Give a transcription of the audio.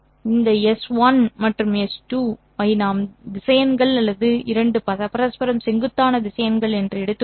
இந்த எஸ் 1 மற்றும் எஸ் 2 ஐ நாம் திசையன்கள் அல்லது 2 பரஸ்பரம் செங்குத்தாக திசையன்கள் என்று கருதலாம்